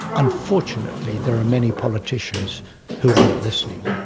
unfortunately, there are many politicians who aren't listening.